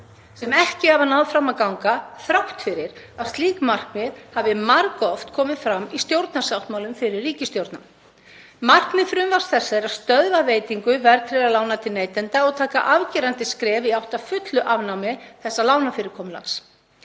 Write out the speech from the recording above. sem ekki hafa náð fram að ganga þrátt fyrir að slík markmið hafi margoft komið fram í stjórnarsáttmálum fyrri ríkisstjórna. Markmið frumvarps þessa er að stöðva veitingu verðtryggðra lána til neytenda og taka afgerandi skref í átt að fullu afnámi þess lánafyrirkomulags.